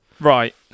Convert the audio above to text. Right